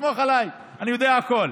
תסמוך עליי, אני יודע הכול.